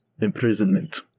imprisonment